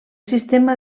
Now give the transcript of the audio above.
sistema